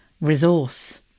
resource